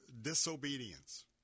disobedience